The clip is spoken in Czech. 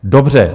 Dobře.